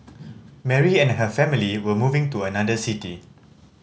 Mary and her family were moving to another city